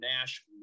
Nash